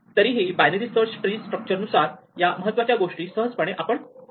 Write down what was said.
तरीही binary search structure नुसार या महत्त्वाच्या गोष्टी सहजपणे आपण शोधू शकतो